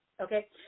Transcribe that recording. okay